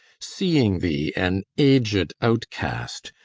seeing thee an aged outcast,